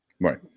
right